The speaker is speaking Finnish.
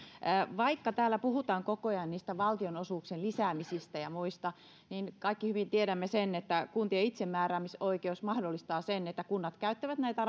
vaikka täällä puhutaan koko ajan niistä valtionosuuksien lisäämisistä ja muista niin kaikki hyvin tiedämme sen että kuntien itsemääräämisoikeus mahdollistaa sen että kunnat käyttävät näitä